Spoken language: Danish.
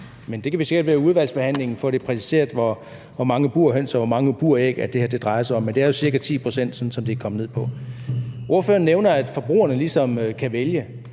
Men vi kan sikkert i udvalgsbehandlingen få præciseret, hvor mange burhøns og buræg det her drejer sig om. Men det er jo ca. 10 pct., som det er kommet ned på. Ordføreren nævner, at forbrugerne ligesom kan vælge.